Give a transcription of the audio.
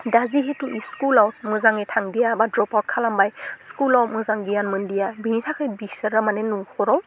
दा जिहेतु स्कुलाव मोजाङै थांदिया बा द्रपआउट खालामबाय स्कुलाव मोजां गियान मोनदिया बिनि थाखाय बिसोरा माने नखराव